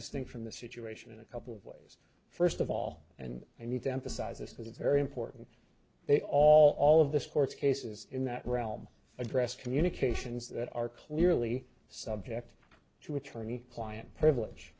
distinct from the situation in a couple of ways first of all and i need to emphasize this because it's very important they all all of this court's cases in that realm addressed communications that are clearly subject to attorney client privilege